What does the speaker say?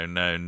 no